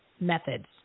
methods